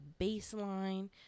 baseline